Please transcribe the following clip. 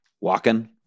walking